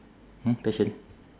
!huh! passion